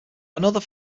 another